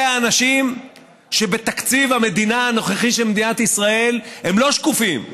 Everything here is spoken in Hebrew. אלה האנשים שבתקציב המדינה הנוכחי של מדינת ישראל הם לא שקופים,